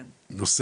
זה נושא